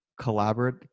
collaborate